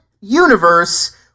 universe